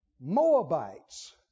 Moabites